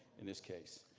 in this case.